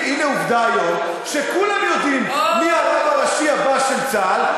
אתה בכלל לא יודע מי הרב הראשי היום לצה"ל,